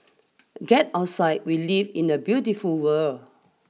get outside we live in a beautiful world